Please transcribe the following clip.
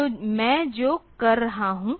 तो मैं जो कर रहा हूं